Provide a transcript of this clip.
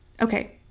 Okay